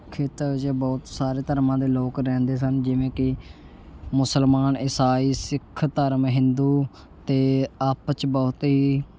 ਖੇਤਰ 'ਚ ਬਹੁਤ ਸਾਰੇ ਧਰਮਾਂ ਦੇ ਲੋਕ ਰਹਿੰਦੇ ਸਨ ਜਿਵੇਂ ਕਿ ਮੁਸਲਮਾਨ ਇਸਾਈ ਸਿੱਖ ਧਰਮ ਹਿੰਦੂ ਅਤੇ ਆਪਸ 'ਚ ਬਹੁਤ ਹੀ